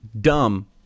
dumb